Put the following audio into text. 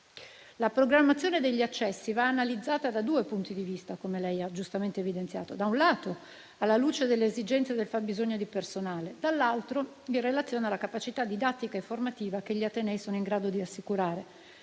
la programmazione degli accessi va analizzata da due punti di vista, come l'interrogante ha giustamente evidenziato: da un lato, alla luce delle esigenze del fabbisogno di personale; dall'altro, in relazione alla capacità didattica e formativa che gli atenei sono in grado di assicurare,